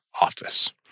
office